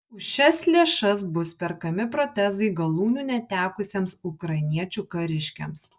už šias lėšas bus perkami protezai galūnių netekusiems ukrainiečių kariškiams